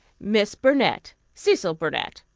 miss burnett cecil burnett.